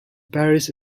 parish